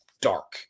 dark